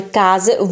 case